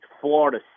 Florida